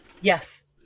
Yes